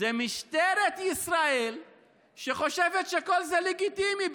זה משטרת ישראל שחושבת שכל זה לגיטימי.